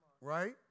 right